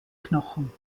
knochen